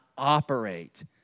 operate